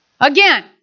Again